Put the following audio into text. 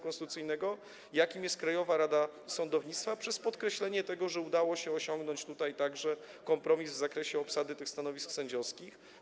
konstytucyjnego, jakim jest Krajowa Rada Sądownictwa, przez podkreślenie tego, że udało się osiągnąć tutaj także kompromis w zakresie obsady tych stanowisk sędziowskich.